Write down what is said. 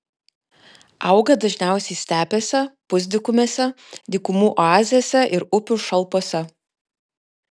auga dažniausiai stepėse pusdykumėse dykumų oazėse ir upių šalpose